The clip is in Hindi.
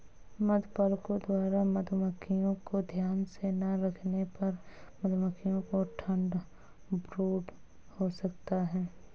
मधुपालकों द्वारा मधुमक्खियों को ध्यान से ना रखने पर मधुमक्खियों को ठंड ब्रूड हो सकता है